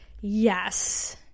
Yes